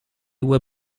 were